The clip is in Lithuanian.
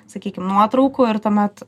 sakykim nuotraukų ir tuomet